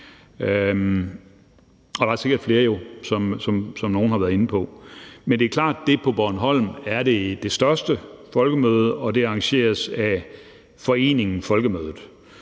at der er grøde i det område. Men det er klart, at Folkemødet på Bornholm er det største folkemøde, og det arrangeres af Foreningen Folkemødet.